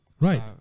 Right